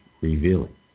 revealing